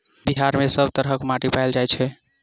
बिहार मे कऽ सब तरहक माटि पैल जाय छै?